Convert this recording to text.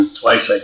twice